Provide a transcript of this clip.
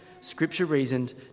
Scripture-reasoned